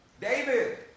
David